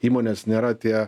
įmonės nėra tie